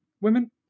women